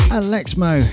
alexmo